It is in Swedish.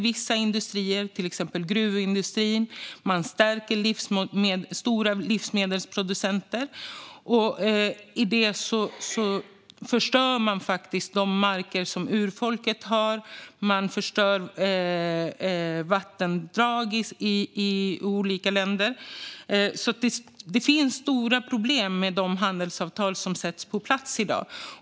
Vissa industrier, till exempel gruvindustrin och stora livsmedelsproducenter, stärks, och i och med detta förstörs de marker som urfolken har, liksom vattendrag i olika länder. Det finns stora problem med de handelsavtal som sätts på plats i dag.